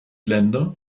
länder